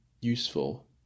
useful